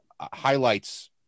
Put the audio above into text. highlights